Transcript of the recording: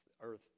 Earth